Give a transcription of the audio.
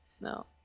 No